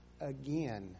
again